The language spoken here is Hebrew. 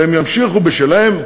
והם ימשיכו בשלהם.